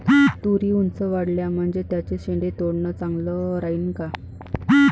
तुरी ऊंच वाढल्या म्हनजे त्याचे शेंडे तोडनं चांगलं राहीन का?